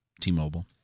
T-Mobile